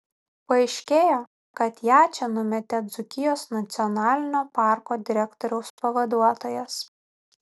paaiškėjo kad ją čia numetė dzūkijos nacionalinio parko direktoriaus pavaduotojas